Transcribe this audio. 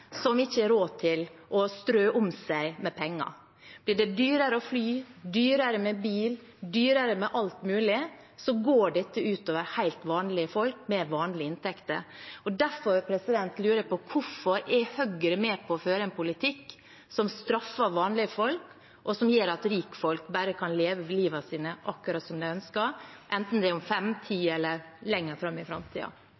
som ikke har råd til å strø om seg med penger. Blir det dyrere å fly, dyrere med bil, dyrere med alt mulig, går dette ut over helt vanlige folk med vanlige inntekter. Derfor lurer jeg på hvorfor Høyre er med på å føre en politikk som straffer vanlige folk, og som gjør at rikfolk bare kan leve livet sitt akkurat som de ønsker, enten det er om fem